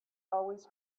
always